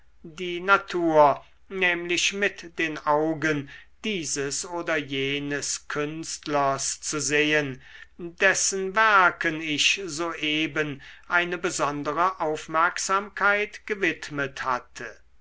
die natur nämlich mit den augen dieses oder jenes künstlers zu sehen dessen werken ich soeben eine besondere aufmerksamkeit gewidmet hatte